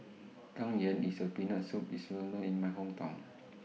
Tang Yuen with Peanut Soup IS Well known in My Hometown